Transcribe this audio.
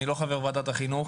אני לא חבר ועדת החינוך